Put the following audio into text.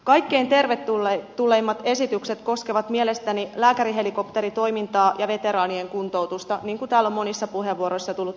kaikkein tervetulleimmat esitykset koskevat mielestäni lääkärihelikopteritoimintaa ja veteraanien kuntoutusta niin kuin täällä on monissa puheenvuoroissa tullut tänään esille